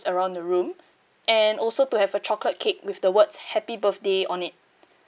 around the room and also to have a chocolate cake with the words happy birthday on it